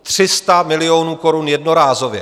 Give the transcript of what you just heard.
300 milionů korun jednorázově!